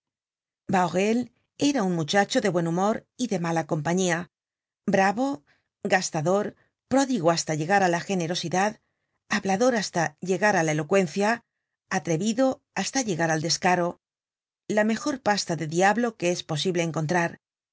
lallemand bahorel era un muchacho de buen humor y de mala compañía bravo gastador pródigo hasta llegar á la generosidad hablador hasta llegar á la elocuencia atrevido hasta llegar al descaro la mejor pasta de diablo que es posible encontrar